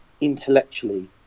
intellectually